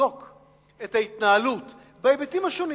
את ההתנהלות בהיבטים השונים.